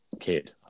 kid